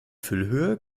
füllhöhe